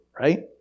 Right